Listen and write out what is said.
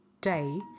day